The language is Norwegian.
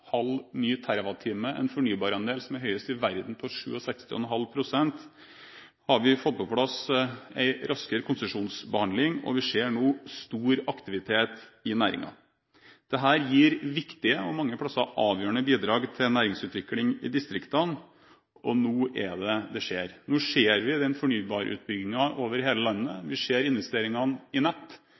en fornybarandel på 67,5 pst., som er høyest i verden, har vi fått på plass en raskere konsesjonsbehandling, og vi ser nå stor aktivitet i næringen. Dette gir viktige – og mange steder avgjørende – bidrag til næringsutvikling i distriktene. Det er nå det skjer. Nå ser vi den fornybarutbyggingen over hele landet, vi ser investeringene i nett,